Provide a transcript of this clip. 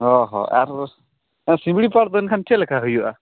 ᱚ ᱦᱚᱸ ᱟᱨ ᱥᱤᱢᱲᱤᱯᱟᱲ ᱫᱚ ᱮᱱᱠᱷᱟᱱ ᱪᱮᱫ ᱞᱮᱠᱟ ᱦᱩᱭᱩᱜᱼᱟ